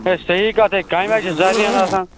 ہے صحیح کَتھ ہے کامہِ حظ چھِ سارِنِیَن آسان